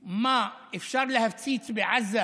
מה, אפשר להפציץ בעזה